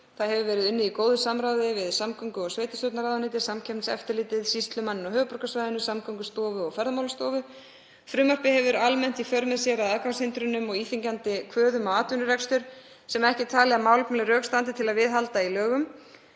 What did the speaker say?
Það hefur verið unnið í góðu samráði við samgöngu- og sveitarstjórnarráðuneytið, Samkeppniseftirlitið, sýslumanninn á höfuðborgarsvæðinu, Samgöngustofu og Ferðamálastofu. Frumvarpið hefur almennt í för með sér að aðgangshindrunum og íþyngjandi kvöðum á atvinnurekstur, sem ekki er talið að málefnaleg rök standi til að viðhalda í lögum,